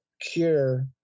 cure